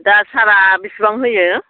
दा सारा बिसिबां होयो